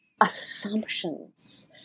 assumptions